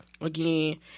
Again